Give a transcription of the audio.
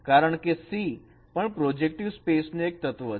કારણ કે C પણ પ્રોજેક્ટિવ સ્પેસ નું એક તત્વ છે